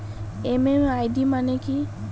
MMID মানে কি?